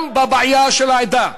גם בבעיה של העדה,